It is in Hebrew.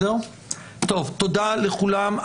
תודה לכולם.